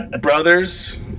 brothers